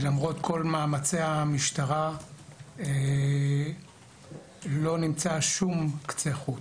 למרות כל מאמצי המשטרה לא נמצא שום קצה חוט.